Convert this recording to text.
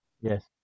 Yes